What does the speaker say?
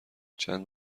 چند